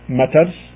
matters